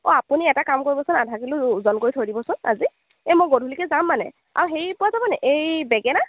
অঁ আপুনি এটা কাম কৰিবচোন আধাকিলো ও ওজন কৰি থৈ দিবচোন আজি এই মই গধূলিকৈ যাম মানে আৰু হেৰি পোৱা যাবনে এই বেঙেনা